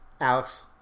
Alex